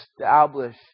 establish